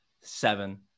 seven